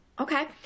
Okay